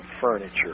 furniture